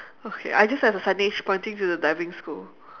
okay I just have a signage pointing to the diving school